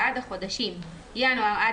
יקראו את חוק הביטוח הלאומי ,